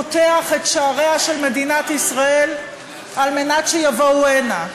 פותח את שעריה של מדינת ישראל על מנת שיבואו הנה,